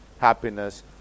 happiness